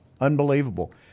Unbelievable